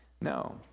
No